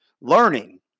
learning